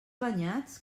banyats